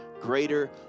greater